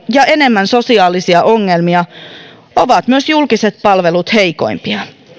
ja enemmän sosiaalisia ongelmia ovat myös julkiset palvelut heikommat